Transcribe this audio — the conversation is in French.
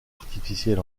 artificiels